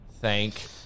Thank